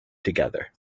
together